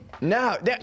No